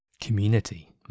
community